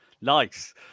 nice